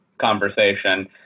conversation